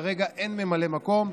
כרגע אין ממלא מקום,